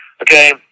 Okay